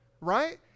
right